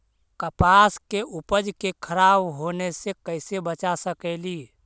कपास के उपज के खराब होने से कैसे बचा सकेली?